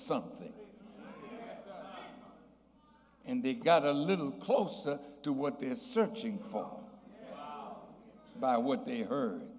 something and they got a little closer to what they're searching for by what they heard